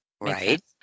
Right